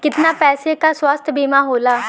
कितना पैसे का स्वास्थ्य बीमा होला?